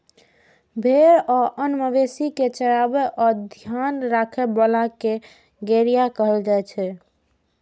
भेड़ आ आन मवेशी कें चराबै आ ध्यान राखै बला कें गड़ेरिया कहल जाइ छै